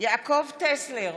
יעקב טסלר,